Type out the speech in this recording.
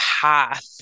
path